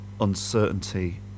uncertainty